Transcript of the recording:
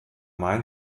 main